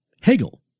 Hegel